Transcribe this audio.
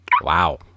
Wow